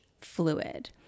fluid